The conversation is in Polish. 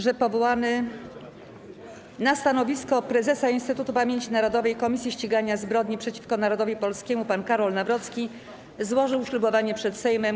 że powołany na stanowisko prezesa Instytutu Pamięci Narodowej - Komisji Ścigania Zbrodni przeciwko Narodowi Polskiemu pan Karol Nawrocki złożył ślubowanie przed Sejmem.